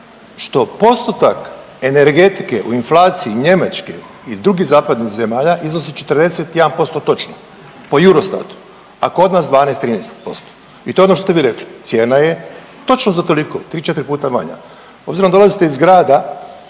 Što postotak energetike u inflaciji Njemačke i drugih zapadnih zemalja iznosi 41% točno po EUROSTATU, a kod nas 12, 13% i to je ono što ste vi rekli. Cijena je točno za toliko tri, četiri puta manja. Obzirom da dolazite iz grada